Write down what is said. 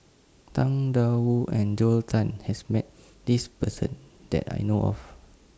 Tang DA Wu and Joel Tan has Met This Person that I know of